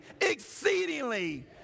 exceedingly